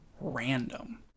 random